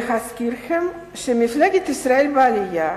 להזכירכם, מפלגת ישראל בעלייה,